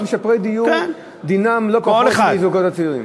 משפרי דיור, דינם לא פחות מהזוגות הצעירים.